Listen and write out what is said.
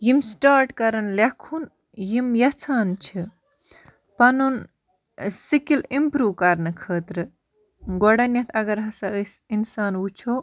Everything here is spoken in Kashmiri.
یِم سِٹاٹ کَران لیکھُن یِم یَژھان چھِ پَنُن سِکِل اِمپروٗ کَرنہٕ خٲطرٕ گۄڈنٮ۪تھ اگر ہَسا أسۍ اِنسان وٕچھو